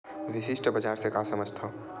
विशिष्ट बजार से का समझथव?